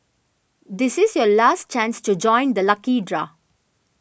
this is your last chance to join the lucky draw